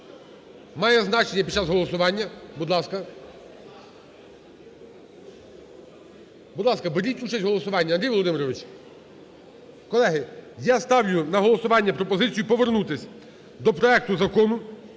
має значення під час голосування. Будь ласка. Будь ласка, беріть участь у голосуванні, Андрій Володимирович, колеги, я ставлю на голосування пропозицію повернутись до проекту Закону